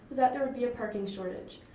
that there would be a parking shortage.